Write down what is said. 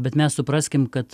bet mes supraskim kad